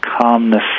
calmness